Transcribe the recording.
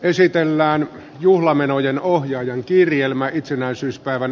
esitellään juhlamenojenohjaajan kirjelmä itsenäisyyspäivän